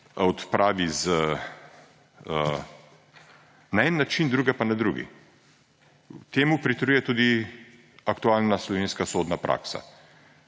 odpravi na en način, druge pa na drug. Temu pritrjuje tudi aktualna slovenska sodna praksa.